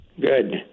Good